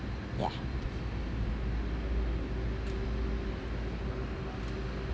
ya